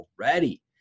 already